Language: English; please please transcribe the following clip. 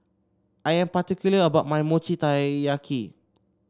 I'm particular about my Mochi Taiyaki